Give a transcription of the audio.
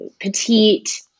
petite